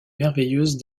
merveilleuse